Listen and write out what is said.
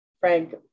Frank